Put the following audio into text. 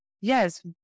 yes